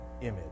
image